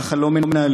ככה לא מנהלים.